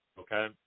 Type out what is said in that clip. Okay